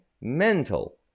mental